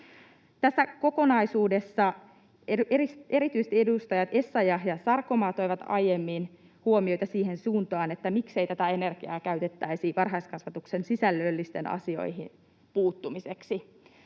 Tässä kokonaisuudessa erityisesti edustajat Essayah ja Sarkomaa toivat aiemmin huomioita siihen suuntaan, että miksei tätä energiaa käytettäisi varhaiskasvatuksen sisällöllisiin asioihin puuttumiseksi.